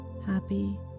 happy